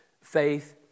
Faith